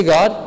God